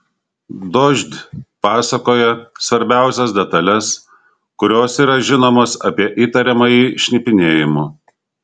dožd pasakoja svarbiausias detales kurios yra žinomos apie įtariamąjį šnipinėjimu